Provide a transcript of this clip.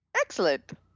excellent